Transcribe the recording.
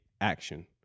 action